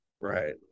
right